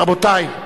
רבותי.